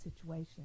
situation